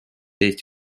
eesti